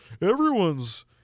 everyone's